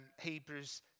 Hebrews